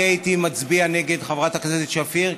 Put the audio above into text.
אני הייתי מצביע נגד חברת הכנסת שפיר,